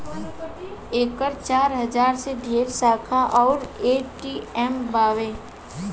एकर चार हजार से ढेरे शाखा अउर ए.टी.एम बावे